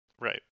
Right